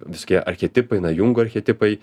visokie archetipai na jungo archetipai